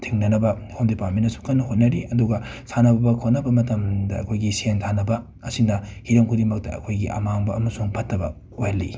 ꯊꯤꯡꯅꯅꯕ ꯍꯣꯝ ꯗꯤꯄꯥꯃꯦꯟꯅꯁꯨ ꯀꯟꯅ ꯍꯣꯠꯅꯔꯤ ꯑꯗꯨꯒ ꯁꯥꯟꯅꯕ ꯈꯣꯠꯅꯕ ꯃꯇꯝꯗ ꯑꯩꯈꯣꯏꯒꯤ ꯁꯦꯟ ꯊꯥꯅꯕ ꯑꯁꯤꯅ ꯍꯤꯔꯝ ꯈꯨꯗꯤꯡꯃꯛꯇ ꯑꯩꯈꯣꯏꯒꯤ ꯑꯃꯥꯡꯕ ꯑꯃꯁꯨꯡ ꯐꯠꯇꯕ ꯑꯣꯏꯍꯜꯛꯏ